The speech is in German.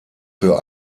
für